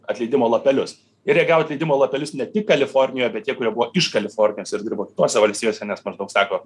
atleidimo lapelius ir jie gavo atleidimo lapelius ne tik kalifornijoj bet tie kurie buvo iš kalifornijos ir dirbo kitose valstijose nes maždaug sako